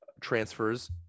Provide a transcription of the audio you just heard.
transfers